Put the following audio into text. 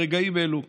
ברגעים אלו.